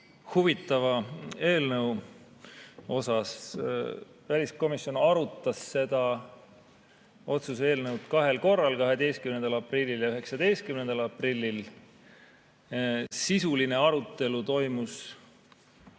huvitava eelnõu menetlusest. Väliskomisjon arutas seda otsuse eelnõu kahel korral, 12. aprillil ja 19. aprillil. Sisuline arutelu toimus